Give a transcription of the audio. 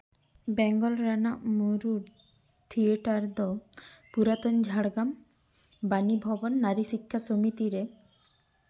ᱵᱮᱝᱜᱚᱞ ᱨᱮᱱᱟᱜ ᱢᱩᱬᱩᱫ ᱛᱷᱤᱭᱮᱴᱟᱨ ᱫᱚ ᱯᱩᱨᱟᱛᱚᱱ ᱡᱷᱟᱲᱜᱨᱟᱢ ᱵᱟᱱᱤ ᱵᱷᱚᱵᱚᱱ ᱱᱟᱨᱤ ᱥᱤᱠᱠᱷᱟ ᱥᱚᱢᱤᱛᱤ ᱨᱮ